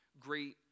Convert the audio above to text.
great